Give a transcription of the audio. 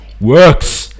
works